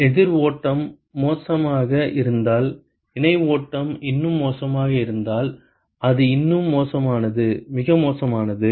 எதிர் ஓட்டம் மோசமாக இருந்தால் இணை ஓட்டம் இன்னும் மோசமாக இருந்தால் அது இன்னும் மோசமானது மிக மோசமானது